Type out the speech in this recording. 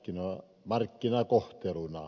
arvoisa puhemies